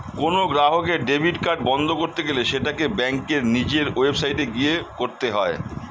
কোনো গ্রাহকের debit card বন্ধ করতে গেলে সেটাকে ব্যাঙ্কের নিজের ওয়েবসাইটে গিয়ে করতে হয়ে